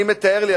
אני מתאר לי,